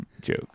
joke